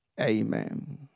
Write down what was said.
Amen